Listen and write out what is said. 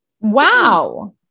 Wow